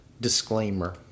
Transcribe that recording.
Disclaimer